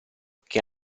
che